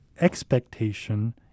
expectation